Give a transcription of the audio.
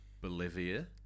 Bolivia